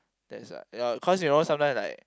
that's like ya cause you know sometimes like